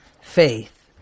faith